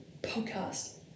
Podcast